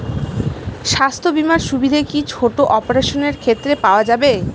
স্বাস্থ্য বীমার সুবিধে কি ছোট অপারেশনের ক্ষেত্রে পাওয়া যাবে?